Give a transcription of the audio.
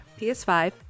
PS5